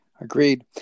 Agreed